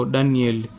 Daniel